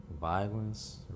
violence